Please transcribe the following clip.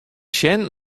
sjen